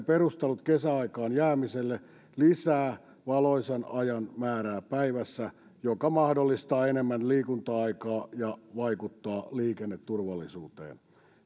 perustelut kesäaikaan jäämiselle lisää valoisan ajan määrää päivässä mikä mahdollistaa enemmän liikunta aikaa ja vaikuttaa liikenneturvallisuuteen